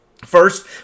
First